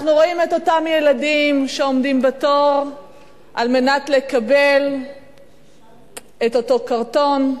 אנחנו רואים את אותם ילדים שעומדים בתור על מנת לקבל את אותו קרטון,